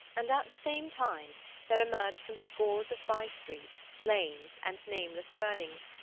and at the same time there emerged from scores of bye-streets, lanes, and nameless turnings,